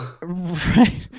right